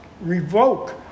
revoke